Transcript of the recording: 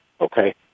okay